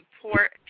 support